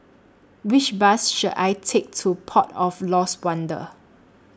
Which Bus should I Take to Port of Lost Wonder